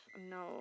No